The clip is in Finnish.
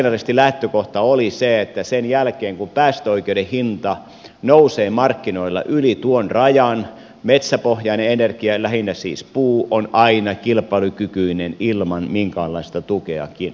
laskennallisesti lähtökohta oli se että sen jälkeen kun päästöoikeuden hinta nousee markkinoilla yli tuon rajan metsäpohjainen energia lähinnä siis puu on aina kilpailukykyinen ilman minkäänlaista tukeakin